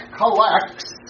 collects